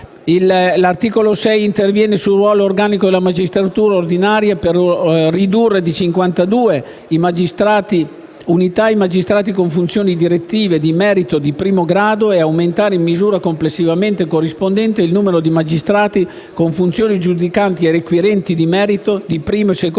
L'articolo 6 interviene sul ruolo organico della magistratura ordinaria per ridurre di 52 unità i magistrati con funzioni direttive di merito di primo grado e aumentare in misura corrispondente il numero di magistrati con funzioni giudicanti e requirenti di merito di primo e secondo grado